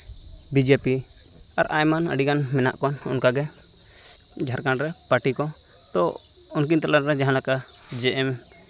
B J P ᱟᱨ ᱟᱭᱢᱟ ᱟᱹᱰᱤᱜᱟᱱ ᱢᱮᱱᱟᱜ ᱠᱚᱣᱟ ᱚᱱᱠᱟᱜᱮ ᱡᱷᱟᱲᱠᱷᱚᱸᱰ ᱨᱮ ᱯᱟᱨᱴᱤ ᱠᱚ ᱛᱳ ᱩᱱᱠᱤᱱ ᱛᱟᱞᱟᱨᱮ ᱡᱟᱦᱟᱸ ᱞᱮᱠᱟ ᱡᱮ ᱮᱢ